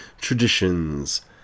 traditions